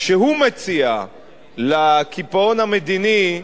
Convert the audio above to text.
שהוא מציע לקיפאון המדיני,